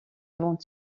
vendent